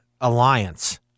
alliance